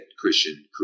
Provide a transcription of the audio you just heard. Christian